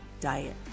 Diet